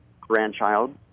grandchild